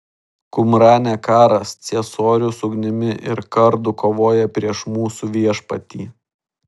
kumrane karas ciesorius ugnimi ir kardu kovoja prieš mūsų viešpatį